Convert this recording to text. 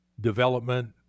development